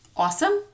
Awesome